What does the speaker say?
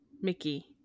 Mickey